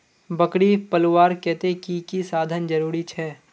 बकरी पलवार केते की की साधन जरूरी छे?